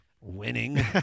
Winning